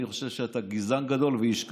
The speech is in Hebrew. אני חושב שאתה גזען גדול ואיש קטן.